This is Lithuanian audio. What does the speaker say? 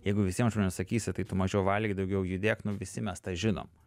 jeigu visiems žmonėms sakysi tai tu mažiau valgyk daugiau judėk nu visi mes tą žinom